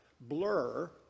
blur